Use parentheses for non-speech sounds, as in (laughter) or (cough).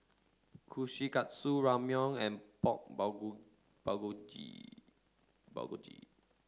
Kushikatsu Ramyeon and Pork (unintelligible) Bulgogi Bulgogi